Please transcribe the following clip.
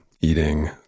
eating